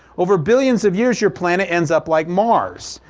over billions of years your planet ends up like mars.